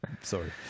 sorry